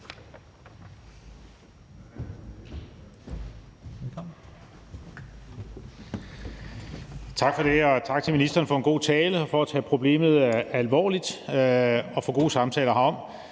Tak for det, og tak til ministeren for en god tale og for at tage problemet alvorligt og for gode samtaler herom.